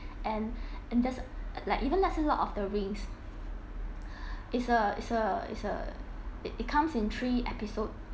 and and just like even let's say lord of the rings it's a it's a it's a it it comes in three episodes